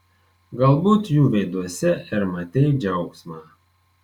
galbūt jų veiduose ir matei džiaugsmą